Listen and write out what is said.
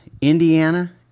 Indiana